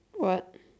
what